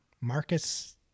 Marcus